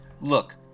look